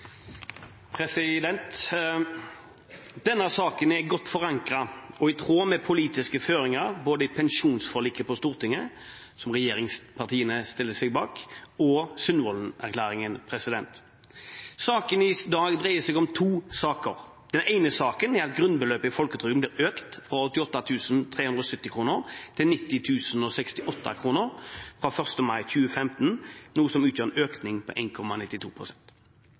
omme. Denne saken er godt forankret og i tråd med politiske føringer – både pensjonsforliket på Stortinget, som regjeringspartiene stiller seg bak, og Sundvolden-erklæringen. Saken i dag dreier seg om to saker. Den ene saken er at grunnbeløpet i folketrygden blir økt fra 88 370 kr til 90 068 kr fra 1. mai 2015, noe som utgjør en økning på